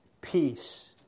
peace